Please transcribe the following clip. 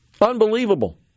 Unbelievable